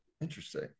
interesting